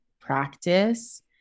practice